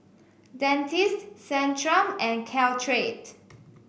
Dentiste Centrum and Caltrate